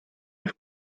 have